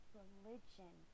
religion